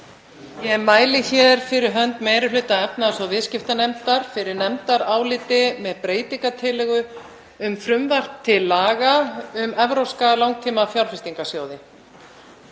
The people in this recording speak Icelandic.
Ég mæli hér fyrir hönd meiri hluta efnahags- og viðskiptanefndar fyrir nefndaráliti með breytingartillögu um frumvarp til laga um evrópska langtímafjárfestingarsjóði.